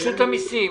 מרשות המסים.